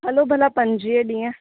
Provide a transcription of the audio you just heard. हलो भला पंजवीह ॾींहं